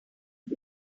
out